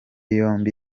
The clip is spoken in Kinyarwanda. yombi